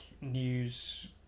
news